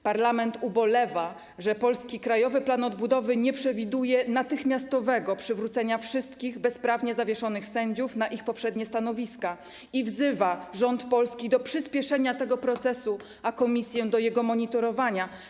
Parlament ubolewa, że polskie Krajowy Plan Odbudowy nie przewiduje natychmiastowego przywrócenia wszystkich bezprawnie zawieszonych sędziów na ich poprzednie stanowiska, i wzywa rząd Polski do przyspieszenia tego procesu, a Komisję - do jego monitorowania.